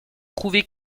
trouvé